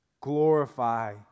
glorify